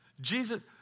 Jesus